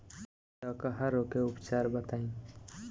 डकहा रोग के उपचार बताई?